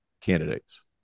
candidates